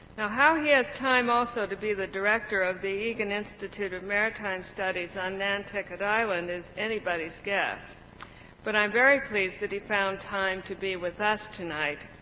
now how he has time also to be the director of the egan institute of maritime studies on nantucket island is anybody's guess but i'm very pleased that he found time to be with us tonight,